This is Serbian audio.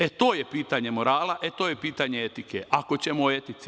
E to je pitanje morala, to je pitanje etika, ako ćemo o etici.